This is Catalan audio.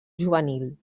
juvenil